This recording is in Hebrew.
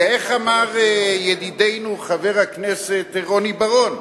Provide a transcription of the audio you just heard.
כי איך אמר ידידנו חבר הכנסת רוני בר-און?